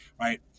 right